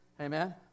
Amen